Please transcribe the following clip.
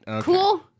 Cool